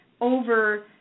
over